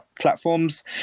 platforms